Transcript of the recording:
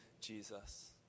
Jesus